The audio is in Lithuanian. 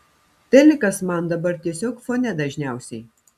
telikas man dabar tiesiog fone dažniausiai